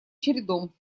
чередом